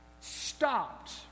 stopped